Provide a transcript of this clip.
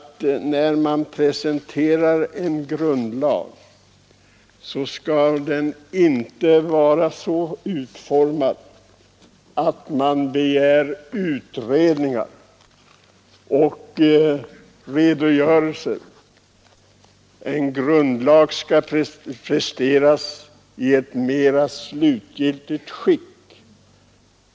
När man presenterar en grundlag, skall denna vara så utformad att man inte måste begära utredningar och redogörelser. Ett grundlagsförslag skall vara i ett slutgiltigt skick.